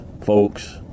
folks